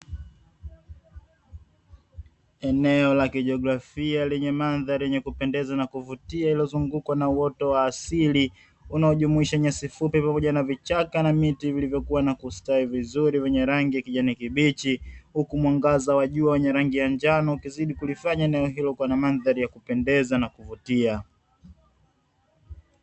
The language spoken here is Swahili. Eneo la kijografia lenye manzari yenye kupendeza na kuvutia, lililo zungukwa na uoto wa asili. unaojumuisha nyasi fupi pamoja na vichaka na miti vilivyokuwa na kustawi vizuri, wenye rangi kijani kibichi huku mwangaza wajua wenye rangi ya njano ukizidi kulifanya eneo hilo kuwa na mandhari ya kupendeza na kuvutia.